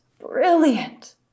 brilliant